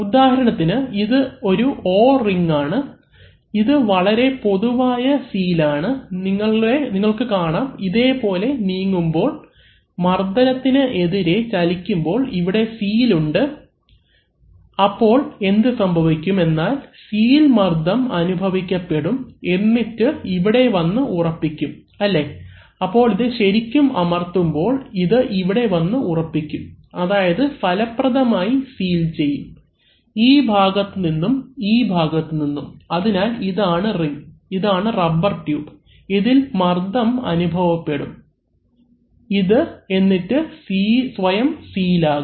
ഉദാഹരണത്തിന് ഇത് ഒരു O റിങ്ങ് ആണ് ഇത് വളരെ പൊതുവായ സീൽ ആണ് നിങ്ങൾക്കു കാണാം ഇതേപോലെ നീങ്ങുമ്പോൾ മർദ്ദത്തിന് എതിരെ ചലിക്കുമ്പോൾ ഇവിടെ സീൽ ഉണ്ട് അപ്പോൾ എന്ത് സംഭവിക്കും എന്നാൽ സീൽ മർദ്ദം അനുഭവിക്കപെടും എന്നിട്ട് ഇവിടെ വന്ന് ഉറപ്പിക്കും അല്ലേ അപ്പോൾ ഇത് ശരിക്കും അമർത്തുമ്പോൾ ഇത് ഇവിടെ വന്നു ഉറപ്പിക്കും അതായത് ഫലപ്രദമായി സീൽ ചെയ്യും ഈ ഭാഗത്തുനിന്നും ഈ ഭാഗത്തുനിന്നും അതിനാൽ ഇതാണ് റിങ്ങ് ഇതാണ് റബ്ബർ ട്യൂബ് ഇതിൽ മർദ്ദം അനുഭവപ്പെടും ഇത് വന്നിട്ട് സ്വയം സീൽ ആകും